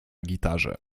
gitarze